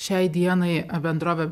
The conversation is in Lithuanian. šiai dienai bendrovė